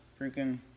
freaking